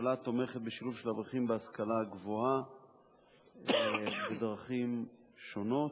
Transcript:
שהממשלה תומכת בשילוב של אברכים בהשכלה הגבוהה בדרכים שונות.